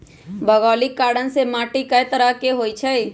भोगोलिक कारण से माटी कए तरह के होई छई